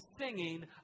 singing